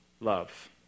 love